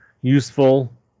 useful